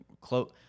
close